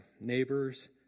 neighbors